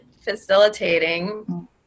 facilitating